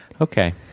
Okay